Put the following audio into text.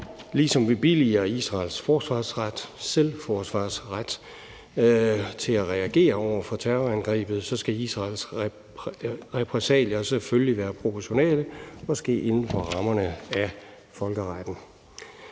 Ligesom vi billiger Israels selvforsvarsret til at reagere over for terrorangrebet, skal Israels repressalier selvfølgelig være proportionale og ske inden for rammerne af folkeretten.